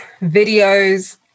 videos